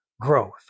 growth